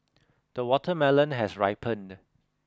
the watermelon has ripened